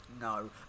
No